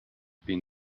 been